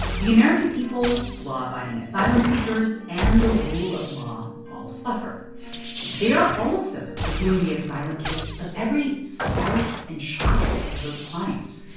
the american people, law-abiding asylum-seekers and the rule of law all suffer they are also reviewing the asylum case of every spouse and child of those clients,